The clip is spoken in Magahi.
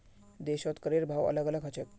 देशत करेर भाव अलग अलग ह छेक